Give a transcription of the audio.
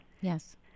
Yes